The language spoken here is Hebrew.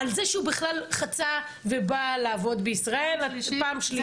זה שהוא בכלל חצה ובא לעבוד בישראל פעם שלישית.